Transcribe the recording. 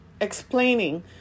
explaining